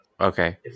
Okay